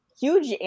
huge